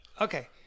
Okay